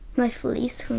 my fleece,